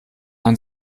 ein